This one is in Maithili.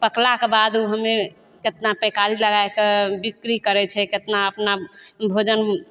पकलाके बाद हम्मे केतना पहिकारी लगायके बिक्री करय छै केतना अपना भोजन